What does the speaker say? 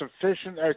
sufficient